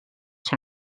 sont